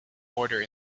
order